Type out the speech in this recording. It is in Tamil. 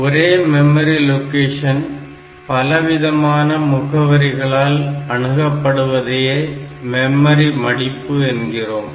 ஒரே மெமரி லொகேஷன் பலவிதமான முகவரிகளால் அணுகப் படுவதையே மெமரி மடிப்பு என்கிறோம்